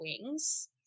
wings